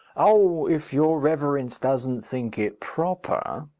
oh, if your reverence doesn't think it proper